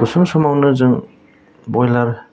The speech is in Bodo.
गुसुं समावनो जों ब्रयलार